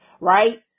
right